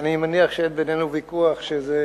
אני מניח שאין בינינו ויכוח שזה